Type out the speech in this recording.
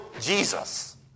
Jesus